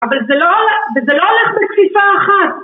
‫אבל זה לא הולך בקפיפה אחת.